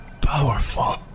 powerful